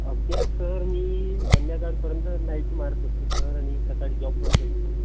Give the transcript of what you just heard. अभ्यास सर मी संध्याकाळपर्यंत नाईट मारत असतो सर आणि सकाळी जॉब करत असतो